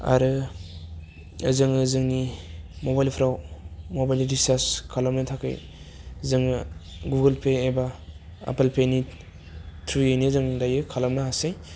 आरो जोङो जोंनि मबाइलफोराव मबाइलनि रिसार्च खालामनो थाखै जोङो गुगोल पे एबा आपोल पेनि ट्रुयैनो जों दायो खालामनो हासै